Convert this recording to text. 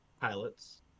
pilots